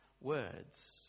words